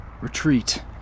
Retreat